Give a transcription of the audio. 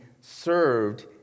served